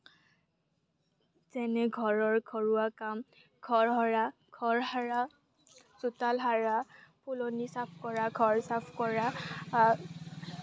যেনে ঘৰৰ ঘৰুৱা কাম ঘৰ সৰা ঘৰ সৰা চোতাল সৰা ফুলনি চাফ কৰা ঘৰ চাফ কৰা